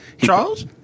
Charles